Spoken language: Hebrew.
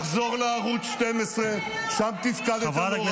אני אתן לך מזרקה ותחזור לערוץ 12. שם תפקדת לא רע.